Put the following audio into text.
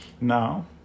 now